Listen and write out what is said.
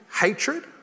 Hatred